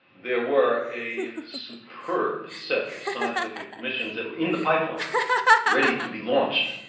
there were a superb set of scientific missions that were in the pipeline ready to be launched